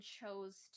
chose